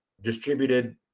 distributed